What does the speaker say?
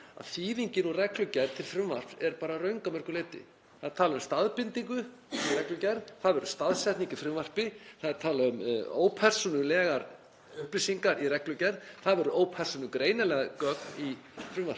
þýðingin úr reglugerð til frumvarps er bara röng að mörgu leyti. Það er talað um staðbindingu í reglugerð, það verður staðsetning í frumvarpi. Það er talað um ópersónulegar upplýsingar í reglugerð, það verða ópersónugreinanleg gögn í frumvarpi.